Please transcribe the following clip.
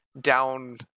down